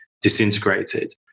disintegrated